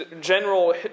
general